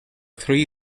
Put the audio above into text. three